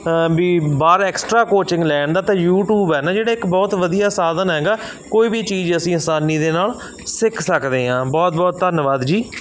ਵੀ ਬਾਹਰ extra coaching ਲੈ ਆਉਂਦਾ ਤਾਂ ਯੂਟੀਊਬ ਹੈ ਨਾ ਜਿਹੜੇ ਇੱਕ ਬਹੁਤ ਵਧੀਆ ਸਾਧਨ ਹੈਗਾ ਕੋਈ ਵੀ ਚੀਜ਼ ਅਸੀਂ ਅਸਾਨੀ ਦੇ ਨਾਲ ਸਿੱਖ ਸਕਦੇ ਹਾਂ ਬਹੁਤ ਬਹੁਤ ਧੰਨਵਾਦ ਜੀ